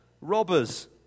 robbers